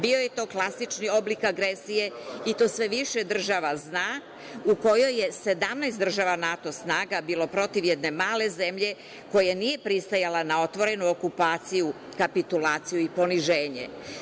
Bio je to klasični oblik agresije i to sve više država zna, u kojoj je 17 država NATO snaga bilo protiv jedne male zemlje koja nije pristajala na otvorenu okupaciju, kapitulaciju i poniženje.